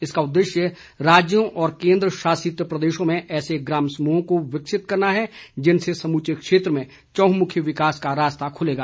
इसका उद्देश्य राज्यों और केन्द्रशासित प्रदेशों में ऐसे ग्राम समूहों को विकसित करना है जिनसे समूचे क्षेत्र में चंहुमुखी विकास का रास्ता खुलेगा